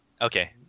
Okay